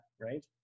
right